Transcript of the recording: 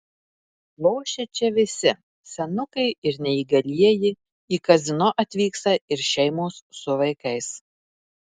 lošia čia visi senukai ir neįgalieji į kazino atvyksta ir šeimos su vaikais